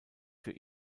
für